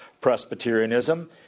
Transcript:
Presbyterianism